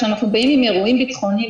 כשאנחנו באים עם אירועים ביטחוניים,